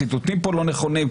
הציטוטים פה לא נכונים,